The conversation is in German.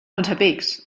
unterwegs